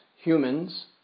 humans